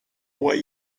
what